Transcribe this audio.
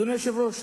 אדוני היושב-ראש,